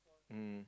mm